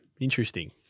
Interesting